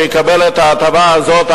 שיקבל את ההטבה הזאת,